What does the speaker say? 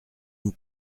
une